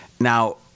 Now